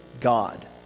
God